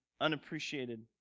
unappreciated